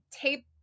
tape